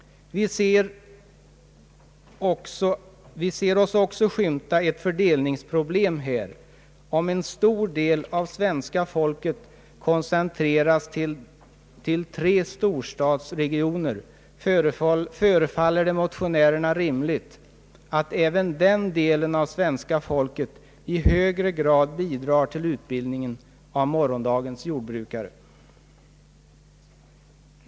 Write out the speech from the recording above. Vi tycker oss också skymta ett fördelningsproblem här: om en stor del av svenska folket koncentreras till tre storstadsregioner, förefaller det motionärerna rimligt att även den delen av svenska folket i högre grad bidrar till utbildningen av morgondagens jordbrukare.